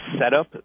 setup